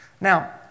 Now